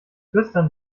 flüstern